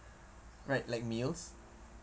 right like meals